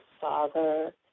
father